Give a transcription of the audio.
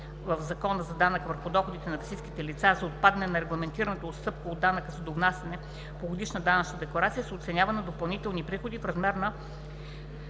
в Закона за данък върху доходите на физическите лица (ЗДДФЛ) за отпадане на регламентираната отстъпка от данъка за довнасяне по годишна данъчна декларация се оценява на допълнителни приходи в размер на